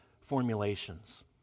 formulations